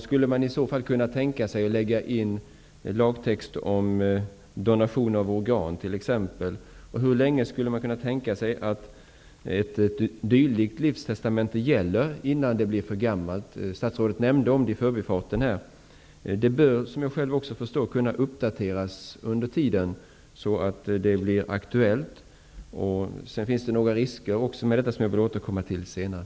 Skulle man i så fall kunna tänka sig att lägga in lagtext om donationer av organ? Hur länge skulle man kunna tänka sig att ett dylikt livstestamente gäller innan det blir för gammalt? Statsrådet nämnde detta i förbifarten. Ett livstestamente bör, som jag har förstått det, kunna uppdateras under tiden det gäller, så att det blir aktuellt. Det finns också några risker med detta, som jag vill återkomma till senare.